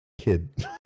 kid